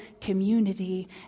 community